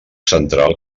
central